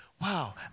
wow